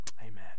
Amen